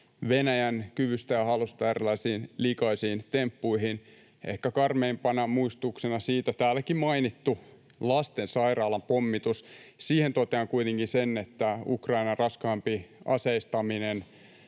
Venäjän kyvystä ja halusta erilaisiin likaisiin temppuihin, ehkä karmeimpana muistutuksena siitä täälläkin mainittu lastensairaalan pommitus. Siihen totean kuitenkin sen, että Ukrainan raskaampi aseistaminen